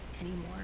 anymore